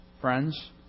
friends